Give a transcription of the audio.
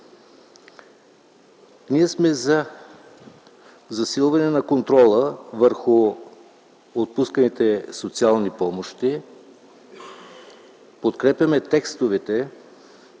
Ние сме за засилване на контрола върху отпусканите социални помощи - подкрепяме текстовете,